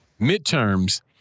midterms